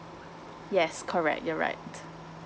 yes correct you're right